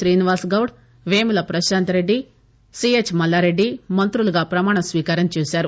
Srinivas Goud Vemula ప్రపశాంత్రెడ్డి CH Mallareddy మంతులుగా ప్రమాణ స్వీకారం చేశారు